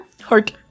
Heart